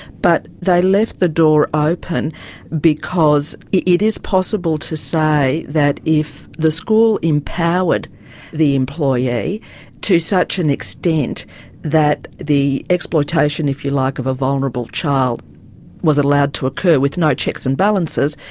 but they left the door open because it it is possible to say that if the school empowered the employee to such an extent that the exploitation, if you like, of a vulnerable child was allowed to occur with no checks and balances,